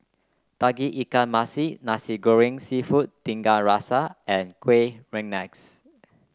Tauge Ikan Masin Nasi Goreng seafood Tiga Rasa and Kueh Rengas